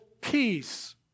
peace